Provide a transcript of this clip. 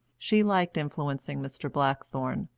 she liked influencing mr. blackthorne,